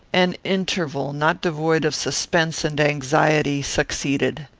an interval, not devoid of suspense and anxiety, succeeded.